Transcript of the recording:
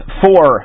four